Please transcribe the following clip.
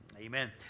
amen